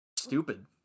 stupid